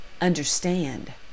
understand